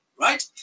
right